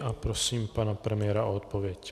A prosím pana premiéra o odpověď.